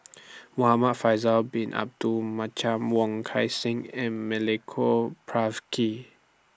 Muhamad Faisal Bin Abdul Wong Kan Seng and Milenko Prvacki